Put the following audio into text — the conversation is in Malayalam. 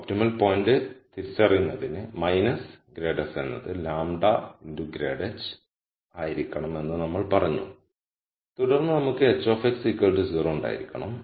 ഒപ്റ്റിമൽ പോയിന്റ് തിരിച്ചറിയുന്നതിന് ∇ എന്നത് λ ∇ ആയിരിക്കണം എന്ന് നമ്മൾ പറഞ്ഞു തുടർന്ന് നമുക്ക് h 0 ഉണ്ടായിരിക്കണം